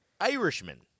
Irishman